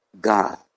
God